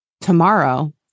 tomorrow